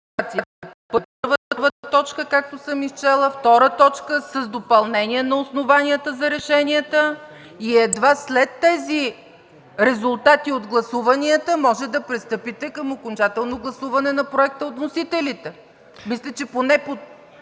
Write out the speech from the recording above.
първа точка, както съм изчела; втора точка – с допълнение на основанията за решенията, и едва след тези резултати от гласуванията може да пристъпите към окончателно гласуване на проекта от вносителите. Мисля, че поне